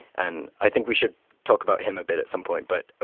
and i think we should talk about him a bit at some point. but,